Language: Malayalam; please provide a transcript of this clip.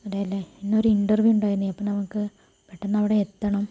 അതേല്ലേ ഇന്നൊരു ഇന്റർവ്യൂ ഉണ്ടായിരുന്നു അപ്പം നമുക്ക് പെട്ടന്നവിടെ എത്തണം